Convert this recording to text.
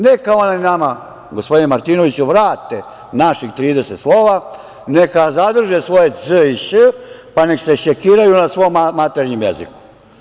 Neka oni nama, gospodine Martinoviću, vrate naših 30 slova, neka zadrže svoje ź i ś, pa nek se šekiraju na svom maternjem jeziku.